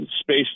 space